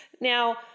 Now